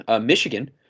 Michigan